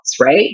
right